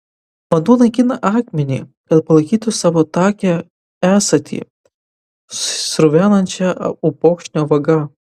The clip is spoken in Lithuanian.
vanduo naikina akmenį kad palaikytų savo takią esatį sruvenančią upokšnio vaga